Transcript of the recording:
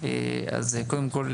אז קודם כל,